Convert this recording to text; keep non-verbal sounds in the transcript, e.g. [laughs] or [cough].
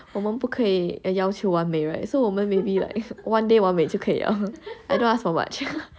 我们不可以要求完美 right so 我们 maybe like one day 完美就可以 I don't ask for much [laughs]